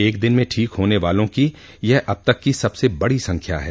एक दिन में ठीक होने वालों की यह अब तक की सबसे अधिक संख्या है